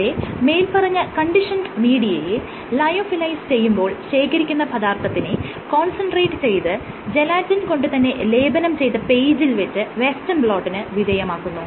ഇവിടെ മേല്പറഞ്ഞ കണ്ടീഷൻറ് മീഡിയയെ ലയോഫിലൈസ് ചെയ്യുമ്പോൾ ശേഖരിക്കുന്ന പദാർത്ഥത്തിനെ കോൺസെൻട്രേറ്റ് ചെയ്ത് ജലാറ്റിൻ കൊണ്ട് തന്നെ ലേപനം ചെയ്ത PAGE ൽ വെച്ച് വെസ്റ്റേൺ ബ്ലോട്ടിന് വിധേയമാക്കുന്നു